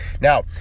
Now